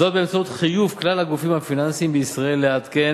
באמצעות חיוב כלל הגופים הפיננסיים בישראל לעדכן